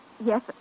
yes